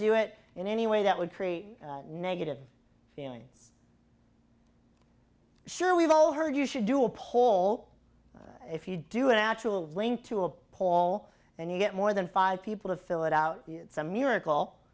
do it in any way that would create negative feelings sure we've all heard you should do a poll if you do an actual link to a poll and you get more than five people to fill it out it's a miracle